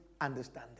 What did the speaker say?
understanding